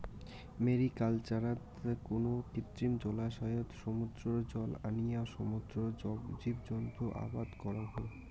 ম্যারিকালচারত কুনো কৃত্রিম জলাশয়ত সমুদ্রর জল আনিয়া সমুদ্রর জীবজন্তু আবাদ করাং হই